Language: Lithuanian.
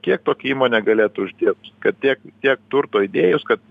kiek tokia įmonė galėtų uždirbt kad tiek tiek turto įdėjus kad